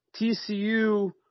TCU